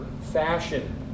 fashion